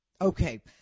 Okay